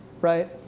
right